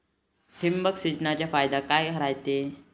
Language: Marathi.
ठिबक सिंचनचा फायदा काय राह्यतो?